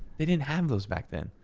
they didn't have those back then.